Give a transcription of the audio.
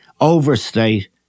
overstate